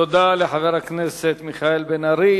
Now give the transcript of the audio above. תודה לחבר הכנסת מיכאל בן ארי.